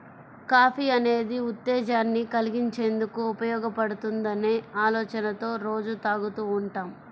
coffee అనేది ఉత్తేజాన్ని కల్గించేందుకు ఉపయోగపడుతుందనే ఆలోచనతో రోజూ తాగుతూ ఉంటాం